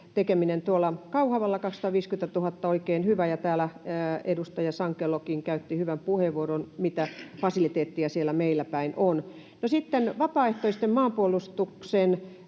Kauhavalla: 250 000, oikein hyvä. Täällä edustaja Sankelokin käytti hyvän puheenvuoron, mitä fasiliteettiä siellä meillä päin on. Sitten yleensäkin vapaaehtoiseen maanpuolustukseen